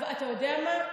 אתה יודע מה?